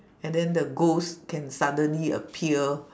and then the ghost can suddenly appear